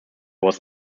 was